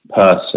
person